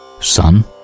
Son